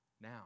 now